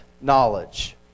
knowledge